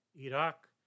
Iraq